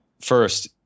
first